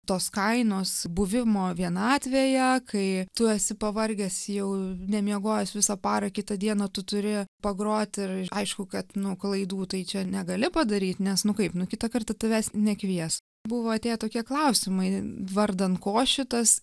tos kainos buvimo vienatvėje kai tu esi pavargęs jau nemiegojęs visą parą kitą dieną tu turi pagroti ir aišku kad nu klaidų tai čia negali padaryt nes nu kaip nu kitą kartą tavęs nekvies buvo atėję tokie klausimai vardan ko šitas